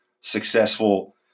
successful